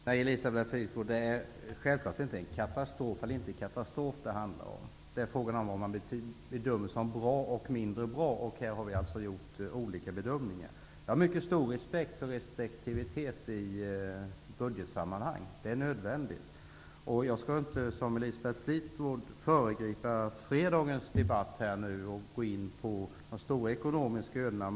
Herr talman! Det är självfallet ingen katastrof. Jag tror inte heller att jag har tagit det ordet i min mun. Det är fråga om vad som är bra och vad som är mindre bra. Här har vi alltså gjort olika bedömningar. Jag har mycket stor respekt för restriktivitet i budgetsammanhang. Det är nödvändigt. Jag skall inte såsom Elisabeth Fleetwood föregripa fredagens debatt och gå in på de stora ekonomiska frågorna.